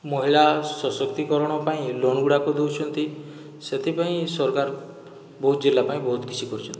ମହିଳା ସଶକ୍ତିକରଣ ପାଇଁ ଲୋନ୍ ଗୁଡ଼ାକ ଦେଉଛନ୍ତି ସେଥିପାଇଁ ସରକାର ବୌଦ୍ଧ ଜିଲ୍ଲା ପାଇଁ ବହୁତ କିଛି କରିଛନ୍ତି